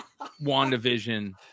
WandaVision